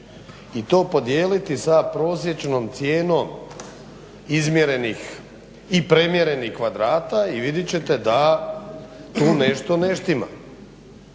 i to podijeliti sa prosječnom cijenom izmjerenih i premjerenih kvadrata i vidjet ćete da tu nešto ne štima,